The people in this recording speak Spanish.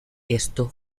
esto